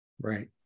Right